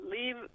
leave